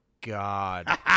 God